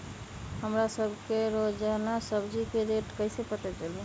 हमरा सब के रोजान सब्जी के रेट कईसे पता चली?